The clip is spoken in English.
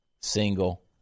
single